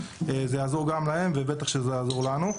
זה יעזור גם להם ובטח שזה יעזור לנו.